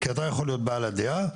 כי אתה יכול להיות בעל הדעה,